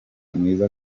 mwiza